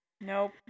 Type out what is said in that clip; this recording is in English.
Nope